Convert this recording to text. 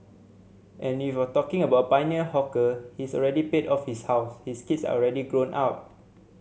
and if you're talking about pioneer hawker he's already paid off his house his kids are already grown up